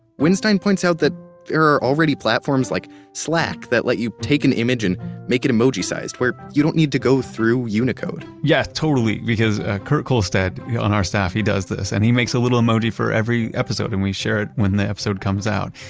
winstein points out that there are already platforms like slack that let you take an image and make it emoji-sized, where you don't need to go through unicode yeah, totally. because kurt kohlstadt on our staff, he does this and he makes a little emoji for every episode, and we share it when the episode comes out.